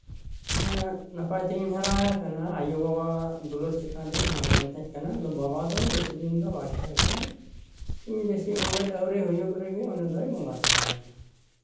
ᱱᱟᱯᱟᱭ ᱛᱮᱜᱤᱧ ᱦᱟᱨᱟ ᱟᱠᱟᱱᱟ ᱟᱭᱩ ᱵᱟᱵᱟᱣᱟᱜ ᱫᱩᱞᱟᱹᱲ ᱪᱮᱛᱟᱱ ᱤᱧ ᱦᱟᱨᱟ ᱞᱮᱱ ᱛᱟᱦᱮᱸᱫ ᱠᱟᱱᱟ ᱵᱟᱵᱟ ᱫᱚ ᱵᱮᱥᱤ ᱫᱤᱱ ᱫᱚ ᱵᱟᱭ ᱛᱟᱦᱮᱸ ᱠᱟᱱᱟ ᱤᱧ ᱵᱮᱥᱤ ᱩᱢᱮᱨ ᱟᱹᱣᱨᱤ ᱦᱩᱭᱩᱜ ᱨᱮᱜᱮ ᱩᱱᱤᱫᱚᱭ ᱵᱚᱸᱜᱟ ᱛᱟᱞᱟᱭᱮᱱᱟ